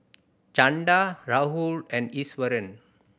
Chanda Rahul and Iswaran